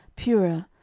purer,